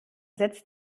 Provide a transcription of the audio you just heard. setzt